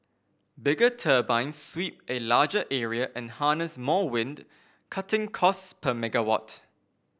bigger turbines sweep a larger area and harness more wind cutting costs per megawatt